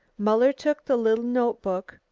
muller took the little notebook,